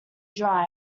dry